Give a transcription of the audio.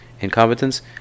incompetence